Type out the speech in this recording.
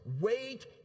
wait